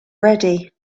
ready